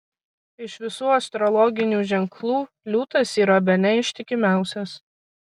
iš visų astrologinių ženklų liūtas yra bene ištikimiausias